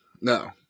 No